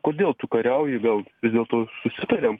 kodėl tu kariauji gal vis dėlto susitariam